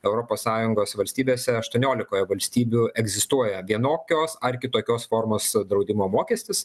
europos sąjungos valstybėse aštuoniolikoje valstybių egzistuoja vienokios ar kitokios formos draudimo mokestis